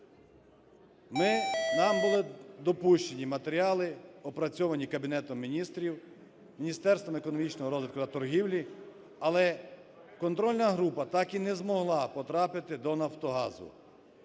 Нами були допущені… матеріали опрацьовані Кабінетом Міністрів, Міністерством економічного розвитку та торгівлі. Але контрольна група так і не змогла потрапити до "Нафтогазу".